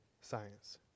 science